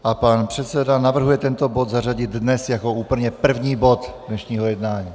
A pan předseda navrhuje tento bod zařadit dnes jako úplně první bod dnešního jednání.